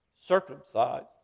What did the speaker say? circumcised